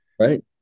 right